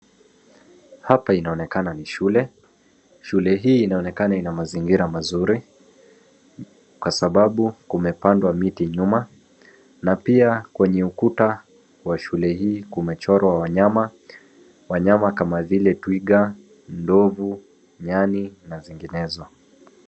Hapa inaonekana ni shule, shule hii inaonekana ina mazingira nzuri kwa sababu kumepandwa miti nyuma na pia kwenye ukuta wa shule hii kumechorwa wanyama, wanyama kama vile twiga, ndovu, nyani na zinginezo.